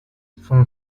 son